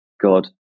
God